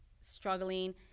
struggling